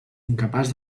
incapaç